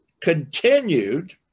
continued